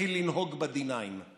תתחיל לנהוג ב-D-9.